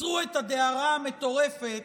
עצרו את הדהרה המטורפת